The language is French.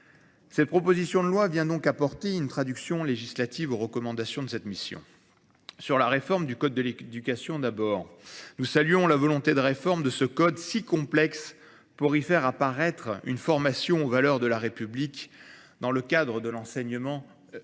Cette proposition de loi vient donc apporter une traduction législative aux recommandations de cette mission. Sur la réforme du code de l'éducation d'abord, nous saluons la volonté de réforme de ce code si complexe pour y faire apparaître une formation aux valeurs de la République dans le cadre de l'enseignement civiques